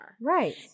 Right